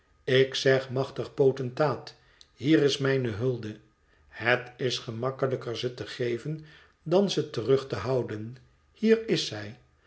ik zeg machtig potentaat hier is mijne hulde het is gemakkelijker ze te geven dan ze terug te houden hier is zij